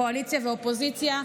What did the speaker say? קואליציה ואופוזיציה.